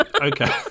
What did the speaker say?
okay